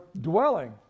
dwelling